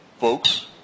folks